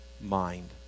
mind